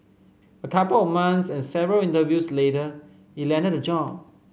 a couple of months and several interviews later he landed a job